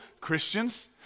Christians